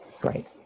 great